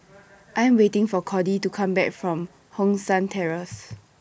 I'm waiting For Cordie to Come Back from Hong San Terrace